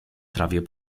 trawie